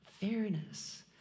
fairness